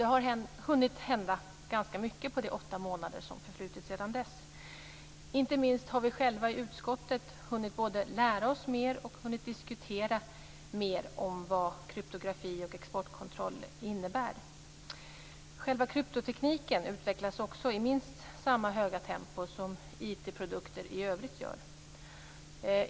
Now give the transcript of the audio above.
Det har hunnit hända ganska mycket på de åtta månader som förflutit sedan dess. Inte minst har vi själva i utskottet hunnit både lära oss mer och diskutera mer om vad kryptografi och exportkontroll innebär. Själva kryptotekniken utvecklas också i minst samma höga tempo som IT-produkter i övrigt gör.